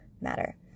matter